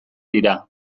dira